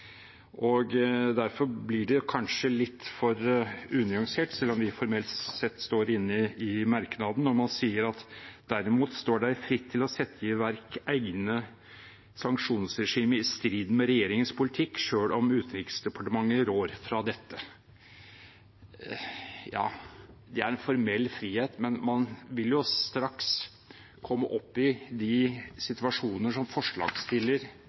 Derfor blir det kanskje litt for unyansert, selv om vi formelt sett står inne i merknaden, når man sier: «Derimot står dei fritt til å setje i verk eigne sanksjonsregime i strid med regjeringas politikk, sjølv om Utanriksdepartementet rår frå dette.» Ja, det er en formell frihet, men man vil jo straks komme opp i de situasjonene som